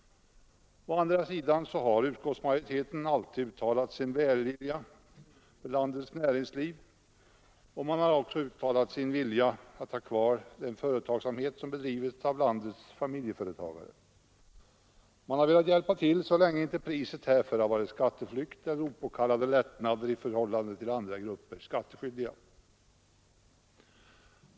Å andra sidan har utskottsmajoriteten alltid uttalat sin välvilja mot landets näringsliv, och man har också uttalat sin vilja att ha kvar den företagsamhet som bedrivs av landets familjeföretagare. Man har velat hjälpa till så länge inte priset härför har varit skatteflykt eller opåkallade lättnader i förhållande till andra grupper skattskyldiga.